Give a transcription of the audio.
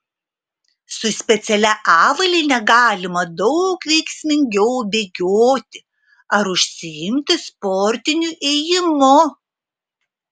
su specialia avalyne galima daug veiksmingiau bėgioti ar užsiimti sportiniu ėjimu